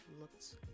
looks